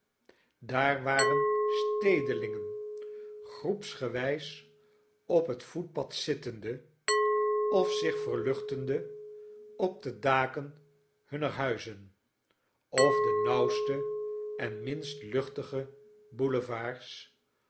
daar waren stedelingen groepsgewy s op het voetpad zittende of zich verluchtende op de daken hunner huizen of de nauwste en minst luchtige boulevards